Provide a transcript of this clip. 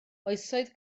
oesoedd